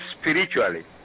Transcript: spiritually